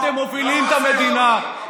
אתם מובילים את המדינה,